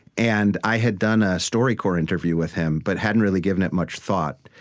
and i had done a storycorps interview with him, but hadn't really given it much thought.